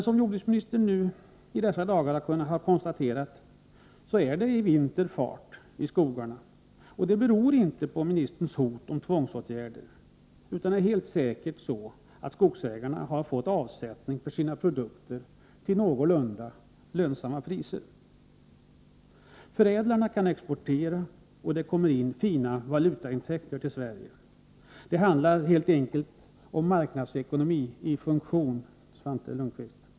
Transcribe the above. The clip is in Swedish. Som jordbruksministern i dessa dagar har kunnat konstatera är det i vinter fart i de svenska skogarna, och det beror inte på jordbruksministerns hot om tvångsåtgärder utan helt säkert på att skogsägarna har fått avsättning för sina produkter till någorlunda lönsamma priser. Förädlarna kan exportera, och det kommer in fina valutaintäkter till Sverige. Det handlar helt enkelt om marknadsekonomi i funktion, Svante Lundkvist.